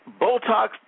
Botox